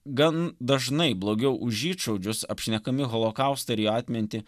gan dažnai blogiau už žydšaudžius apšnekami holokaustą ir jo atmintį